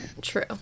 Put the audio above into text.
True